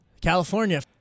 California